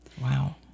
Wow